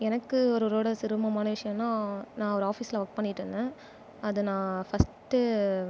எனக்கு ஒருவரோடு சிரமமான விஷயம்னா நான் ஒரு ஆஃபிஸில் ஒர்க் பண்ணிட்டுருந்தேன் அதை நான் ஃபஸ்ட்டு